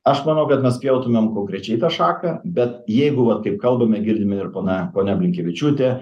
aš manau kad mes pjautumėm konkrečiai tą šaką bet jeigu vat kaip kalbame girdime ir pona ponia blinkevičiūtė